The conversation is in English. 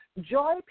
joy